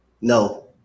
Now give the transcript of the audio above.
No